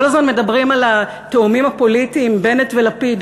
כל הזמן מדברים על התאומים הפוליטיים בנט ולפיד.